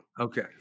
Okay